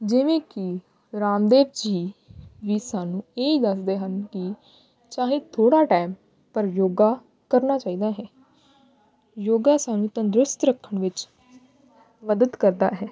ਜਿਵੇਂ ਕਿ ਰਾਮਦੇਵ ਜੀ ਵੀ ਸਾਨੂੰ ਇਹੀ ਦੱਸਦੇ ਹਨ ਕਿ ਚਾਹੇ ਥੋੜ੍ਹਾ ਟਾਈਮ ਪਰ ਯੋਗਾ ਕਰਨਾ ਚਾਹੀਦਾ ਹੈ ਯੋਗਾ ਸਾਨੂੰ ਤੰਦਰੁਸਤ ਰੱਖਣ ਵਿੱਚ ਮਦਦ ਕਰਦਾ ਹੈ